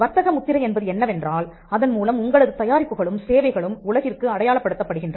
வர்த்தக முத்திரை என்பது என்னவென்றால் அதன் மூலம் உங்களது தயாரிப்புகளும் சேவைகளும் உலகிற்கு அடையாளப் படுத்தப் படுகின்றன